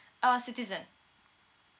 uh citizen